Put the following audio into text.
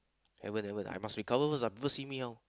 haven't haven't I must recover first ah people see me how